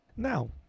Now